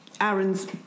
Aaron's